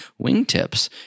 wingtips